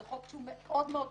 זה חוק שהוא מאוד מאוד חשוב,